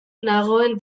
nagoen